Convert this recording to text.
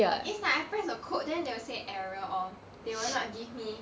it's like I press the code then they will say error or they will not give me